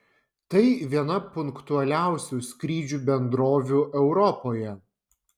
tai viena punktualiausių skrydžių bendrovių europoje